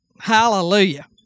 hallelujah